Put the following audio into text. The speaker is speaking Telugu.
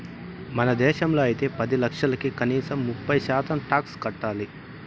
మన దేశంలో అయితే పది లక్షలకి కనీసం ముప్పై శాతం టాక్స్ కట్టాలి